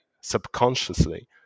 subconsciously